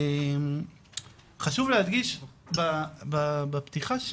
חשוב להדגיש בפתיחה,